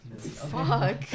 Fuck